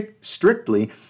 strictly